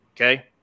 Okay